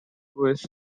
was